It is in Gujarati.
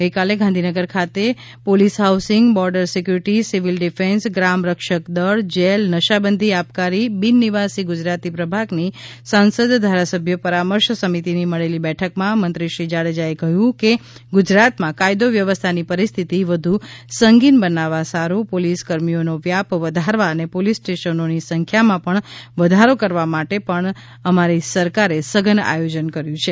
ગઇકાલે ગાંધીનગર ખાતે police housing border security civil defence Gram Rakshak Dal jail નશાબંધી આબકારી બિન નિવાસી ગુજરાતી પ્રભાગની સાંસદ ધારાસભ્ય પરામર્શ સમિતિની મળેલી બેઠકમાં મંત્રીશ્રી જાડેજાએ કહ્યું કે ગુજરાતમાં કાયદો વ્યવસ્થાની પરિસ્થિતિ વધુ સંગીન બનાવવા સારૂ પોલીસ કર્મીઓનો વ્યાપ વધારવા અને પોલીસ સ્ટેશનોની સંખ્યામાં પણ વધારો કરવા માટે પણ અમારી સરકારે સઘન આયોજન કર્યું છે